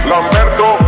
Lamberto